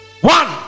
One